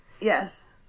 Yes